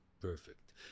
Perfect